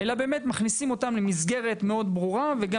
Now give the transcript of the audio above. אלא מכניסים אותם למסגרת מאוד ברורה שגם